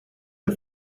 der